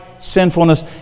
sinfulness